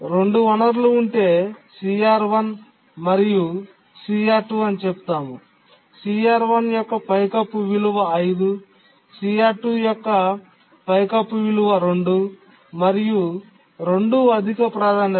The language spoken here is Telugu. రెండు వనరులు ఉంటే CR1 మరియు CR2 అని చెప్తాము CR1 యొక్క సీలింగ్ విలువ 5 మరియు CR2 యొక్క సీలింగ్ విలువ 2 మరియు 2 అధిక ప్రాధాన్యత